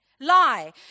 lie